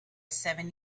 seven